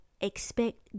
expect